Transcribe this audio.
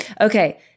Okay